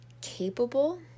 capable